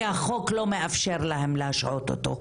כי החוק לא מאפשר להם להשעות אותו.